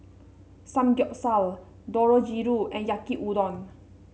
Samgyeopsal Dangojiru and Yaki Udon